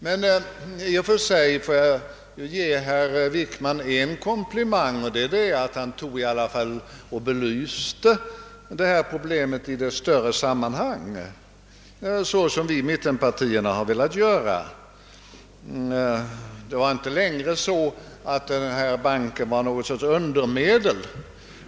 Jag vill emellertid ge statsrådet Wickman en komplimang, eftersom han belyste problemet i dess större sammanhang, såsom mittenpartierna velat göra. Det var inte längre så, att denna bank var någon sorts undermedel.